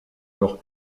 leurs